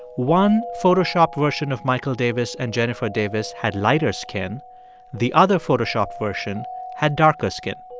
one photoshopped version of michael davis and jennifer davis had lighter skin the other photoshopped version had darker skin.